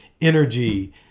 energy